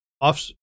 off